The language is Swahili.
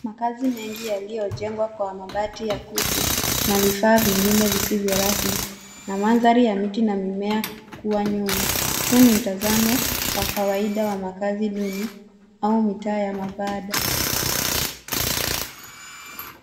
Makaazi mengi yaliyojengwa kwa mabati ya kutu na vifaa vingine visivyo rasmi na maandhari ya miti na mimea kuwa nyuma. Huu ni mtazamo wa kawaida wa makaazi duni au mitaa ya mabada.